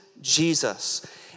Jesus